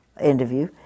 interview